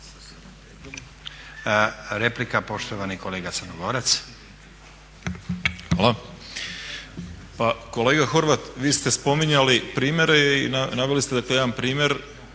**Crnogorac, Dragan (SDSS)** Hvala. Pa kolega Horvat vi ste spominjali primjere i naveli ste da je to jedan primjer